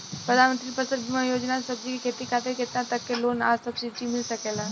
प्रधानमंत्री फसल बीमा योजना से सब्जी के खेती खातिर केतना तक के लोन आ सब्सिडी मिल सकेला?